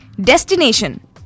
Destination